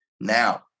now